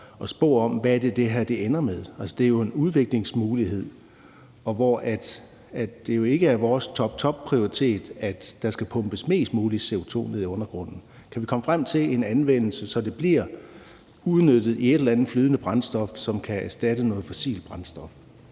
at spå om, hvad det er, det her ender med. Altså, det er en udviklingsmulighed, og det er jo ikke vores toptopprioritet, at der skal pumpes mest mulig CO2 ned i undergrunden. Kan vi komme frem til en anvendelse, så det bliver udnyttet i et eller andet flydende brændstof, som kan erstatte noget fossilt brændstof,